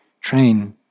train